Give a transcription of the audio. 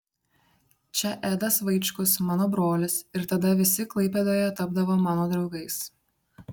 čia edas vaičkus mano brolis ir tada visi klaipėdoje tapdavo mano draugais